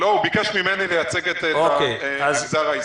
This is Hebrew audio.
הוא ביקש ממני לייצג את המגזר העסקי.